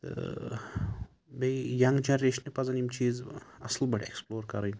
تہٕ بیٚیہِ یَنٛگ جَنٛریشنہِ پَزیٚن یِم چیٖز اصٕل پٲٹھۍ ایٚکٕسپلور کَرٕنۍ